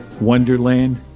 Wonderland